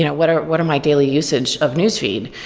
you know what are what are my daily usage of newsfeed?